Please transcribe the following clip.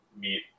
meet